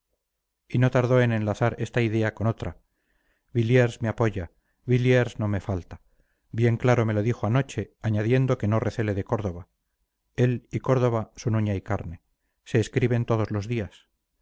y no tardó en enlazar esta idea con otra williers me apoya williers no me falta bien claro me lo dijo anoche añadiendo que no recele de córdoba él y córdoba son uña y carne se escriben todos los días